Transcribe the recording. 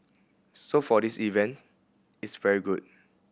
so for this event it's very good